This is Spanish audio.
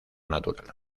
natural